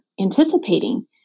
anticipating